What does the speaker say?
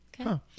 Okay